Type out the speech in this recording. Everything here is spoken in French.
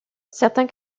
certains